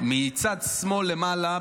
מצד שמאל למעלה ב-bold,